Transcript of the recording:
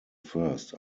first